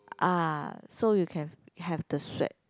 ah so you can have the sweat